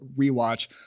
rewatch